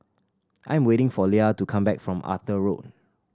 I'm waiting for Lia to come back from Arthur Road